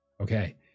Okay